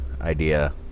idea